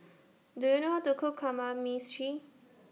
Do YOU know How to Cook Kamameshi